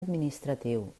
administratiu